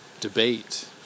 debate